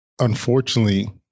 Unfortunately